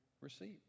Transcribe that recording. received